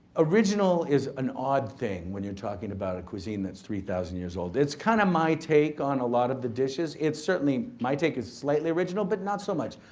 original is an odd thing when you're talking about a cuisine that's three thousand years old. it's kind of my take on a lot of the dishes. it certainly, my take is slightly original, but not so much.